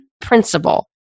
principle